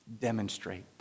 demonstrate